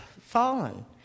fallen